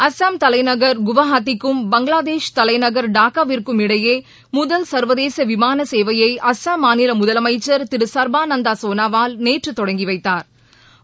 அஸ்ஸாம் தலைநகர் குவாஹாத்தி க்கும் பங்ளாதேஷ் தலைநகர் டாக்கா இடையே முதல் சா்வதேச விமாள சேவையை அஸ்ஸாம் மாநில முதலமைச்சள் திரு சா்பானந்தா சோனாவால் நேற்று தொடங்கு வைத்தாா்